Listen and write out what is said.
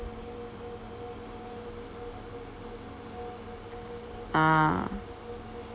ah